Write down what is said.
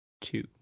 Two